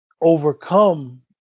overcome